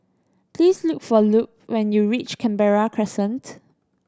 please look for Lupe when you reach Canberra Crescent